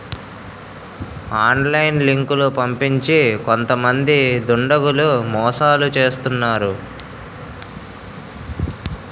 online లింకులు పంపించి కొంతమంది దుండగులు మోసాలు చేస్తున్నారు